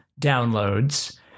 downloads